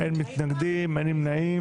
אין נמנעים,